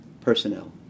personnel